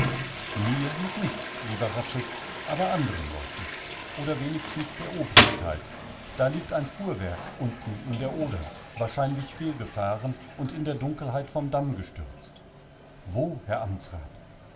mir mit nichts lieber hradscheck aber andren leuten oder wenigstens der obrigkeit da liegt ein fuhrwerk unten in der oder wahrscheinlich fehlgefahren und in der dunkelheit vom damm gestürzt wo herr amtsrath